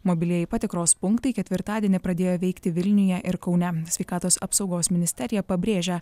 mobilieji patikros punktai ketvirtadienį pradėjo veikti vilniuje ir kaune sveikatos apsaugos ministerija pabrėžia